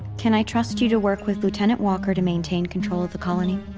can i trust you to work with lieutenant walker to maintain control of the colony?